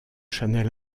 chanel